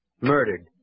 Murdered